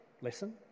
lesson